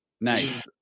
Nice